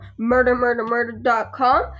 MurderMurderMurder.com